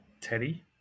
Teddy